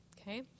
okay